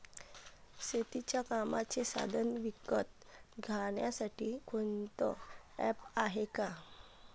शेतीच्या कामाचे साधनं विकत घ्यासाठी कोनतं ॲप हाये का?